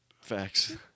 Facts